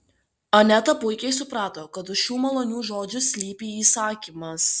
aneta puikiai suprato kad už šių malonių žodžių slypi įsakymas